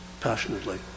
passionately